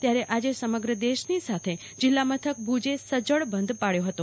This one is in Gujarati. ત્યારે આજે સમગ્ર દેશની સાથે જિલ્લામથક ભુજ સજ્જડ બંધ પડયો હતો